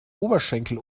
oberschenkel